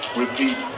repeat